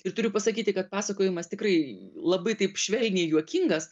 ir turiu pasakyti kad pasakojimas tikrai labai taip švelniai juokingas